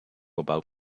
about